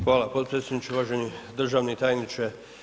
Hvala potpredsjedniče, uvaženi državni tajniče.